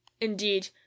indeed